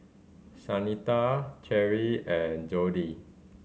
Shanita Cherri and Jodie